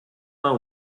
know